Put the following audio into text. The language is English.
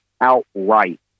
outright